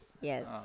yes